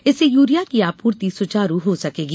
इससे यूरिया की आपूर्ति सुचारू हो सकेगी